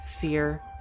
fear